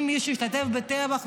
אם מישהו השתתף בטבח,